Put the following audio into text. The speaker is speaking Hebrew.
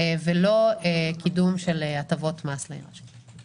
ולא קידום של הטבות מס לעיר אשקלון.